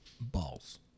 balls